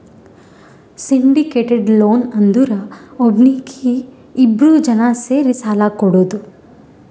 syndicated loan ಅಂದುರ್ ಒಬ್ನೀಗಿ ಇಬ್ರು ಜನಾ ಸೇರಿ ಸಾಲಾ ಕೊಡೋದು